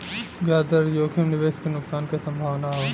ब्याज दर जोखिम निवेश क नुकसान क संभावना हौ